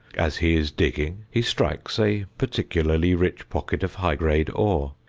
as he is digging he strikes a particularly rich pocket of high-grade ore.